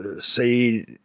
say